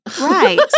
Right